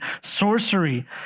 sorcery